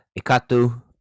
ikatu